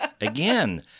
Again